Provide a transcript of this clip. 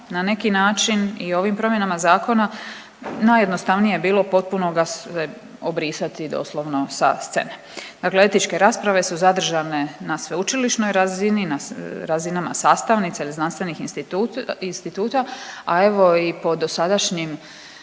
na neki način i ovim promjenama zakona najjednostavnije je bilo potpuno ga se obrisati doslovno sa scene. Dakle, etičke rasprave su zadržane na sveučilišnoj razini, na razinama sastavnica ili znanstvenih instituta, a evo i po dosadašnjim